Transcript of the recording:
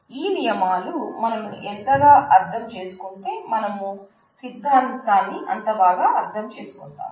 ఈ నియమాలు మనం ఎంతగా అర్థం చేసుకుంటే మనం సిద్దాంతాన్ని అంత బాగా అర్థం చేసుకుంటాం